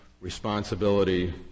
responsibility